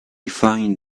find